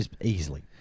Easily